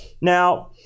Now